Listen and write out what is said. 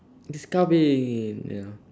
this ya know